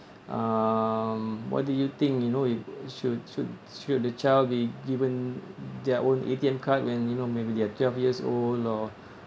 um what do you think you know you should should should the child be given their own A_T_M card when you know maybe they are twelve years old nor